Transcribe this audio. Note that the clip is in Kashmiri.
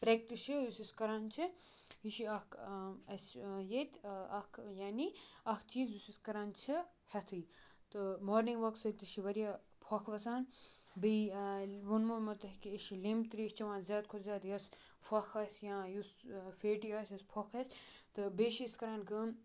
پرٛٮ۪کٹِس چھُ یُس أسۍ کَران چھِ یہِ چھُ اَکھ اَسہِ ییٚتہِ اَکھ یعنی اَکھ چیٖز یُس أسۍ کَران چھِ ہٮ۪تھٕے تہٕ مارنِنٛگ واک سۭتۍ تہِ چھِ واریاہ پھۄکھ وَسان بیٚیہِ ووٚنمو مےٚ تۄہہِ کہِ أسۍ چھِ لیٚمبۍ ترٛیش چٮ۪وان زیادٕ کھۄتہٕ زیادٕ یَس پھۄکھ آسہِ یا یُس فیٹی آسہِ یَس پھۄکھ آسہِ تہٕ بیٚیہِ چھِ أسۍ کَران کٲم